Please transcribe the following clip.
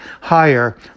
higher